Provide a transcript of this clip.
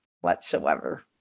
whatsoever